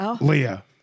Leah